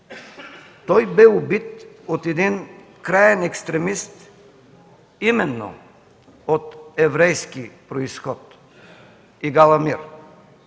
Той бе убит от един краен екстремист именно от еврейски произход Игал Амир.